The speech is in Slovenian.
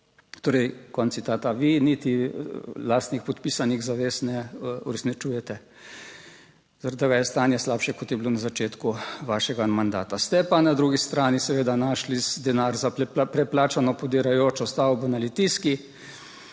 torej.", konec citata. Vi niti lastnih podpisanih zavez ne uresničujete, zaradi tega je stanje slabše, kot je bilo na začetku vašega mandata. Ste pa na drugi strani seveda našli denar za preplačano podirajočo stavbo na Litijski,